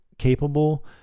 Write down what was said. capable